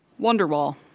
Wonderwall